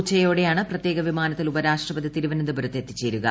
ഉച്ചയോടെയാണ് പ്രത്യേക വിമാനത്തിൽ ഉപരാഷ്ട്രപതി തിരുവനന്തപുരത്ത് എത്തിച്ചേരുക